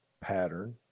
pattern